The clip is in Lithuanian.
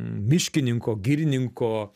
miškininko girininko